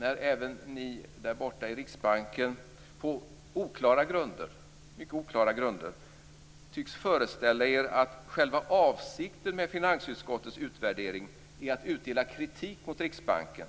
När även ni där borta i Riksbanken på mycket oklara grunder tycks föreställa er att avsikten med finansutskottets utvärdering är att utdela kritik mot Riksbanken,